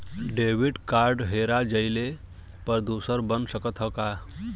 Debit card हेरा जइले पर दूसर बन सकत ह का?